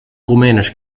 rumänisch